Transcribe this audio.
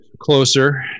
closer